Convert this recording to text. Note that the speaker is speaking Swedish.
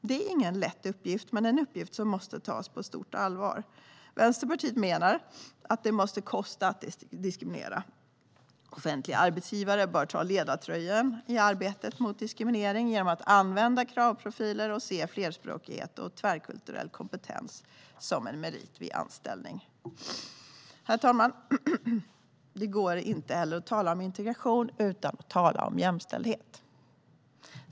Det är ingen lätt uppgift men en uppgift som måste tas på stort allvar. Vänsterpartiet menar att det måste kosta att diskriminera. Offentliga arbetsgivare bör ta ledartröjan i arbetet mot diskriminering genom att använda kravprofiler och se flerspråkighet och tvärkulturell kompetens som meriter vid anställning. Herr talman! Det går inte att tala om integration utan att tala om jämställdhet.